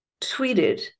tweeted